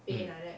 mm